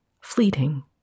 fleeting